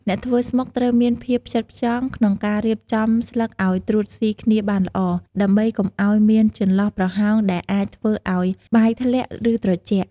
អ្នកធ្វើស្មុកត្រូវមានភាព ផ្ចិតផ្ចង់ ក្នុងការរៀបចំស្លឹកឲ្យត្រួតស៊ីគ្នាបានល្អ ដើម្បីកុំឲ្យមានចន្លោះប្រហោងដែលអាចធ្វើឲ្យបាយធ្លាក់ ឬត្រជាក់។